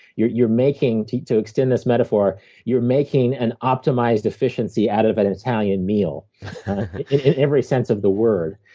you're you're making to to extend this metaphor you're making an optimized efficiency out of and an italian meal in every sense of the word.